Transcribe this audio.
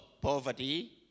poverty